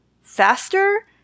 faster